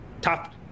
Top